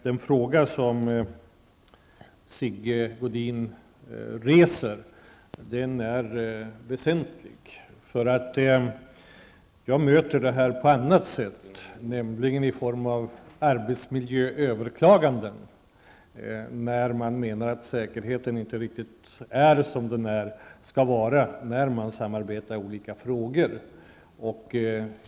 Den fråga som Sigge Godin tar upp är väsentlig. Jag möter det här på annat sätt, nämligen i form av arbetsmiljööverklaganden där man menar att säkerheten inte riktigt är som den skall vara när man samarbetar i olika frågor.